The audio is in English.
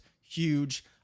huge